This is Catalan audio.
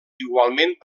igualment